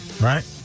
Right